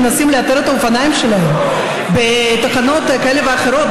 מנסים לאתר את האופניים שלהם בתחנות כאלה ואחרות,